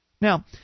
Now